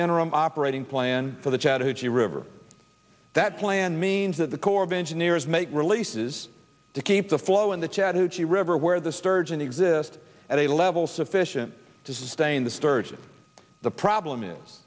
interim operating plan for the chattahoochee river that plan means that the corps of engineers make releases to keep the flow in the chattahoochee river where the sturgeon exist at a level sufficient to sustain the sturgeon the problem is